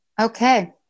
Okay